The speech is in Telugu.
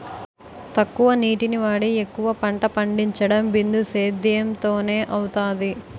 తక్కువ నీటిని వాడి ఎక్కువ పంట పండించడం బిందుసేధ్యేమ్ తోనే అవుతాది